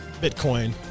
Bitcoin